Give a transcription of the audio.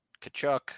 Kachuk